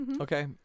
Okay